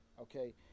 Okay